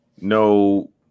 No